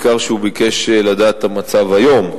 בעיקר כשהוא ביקש לדעת את המצב היום,